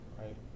right